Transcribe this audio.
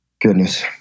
Goodness